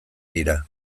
dira